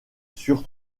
sur